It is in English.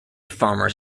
farmers